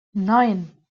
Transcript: neun